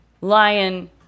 Lion